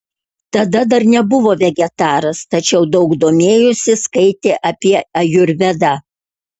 tada dar nebuvo vegetaras tačiau daug domėjosi skaitė apie ajurvedą